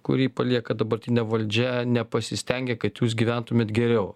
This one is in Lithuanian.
kurį palieka dabartinė valdžia nepasistengė kad jūs gyventumėt geriau